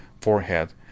forehead